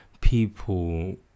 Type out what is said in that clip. people